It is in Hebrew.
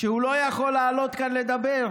שהוא לא יכול לעלות לכאן לדבר,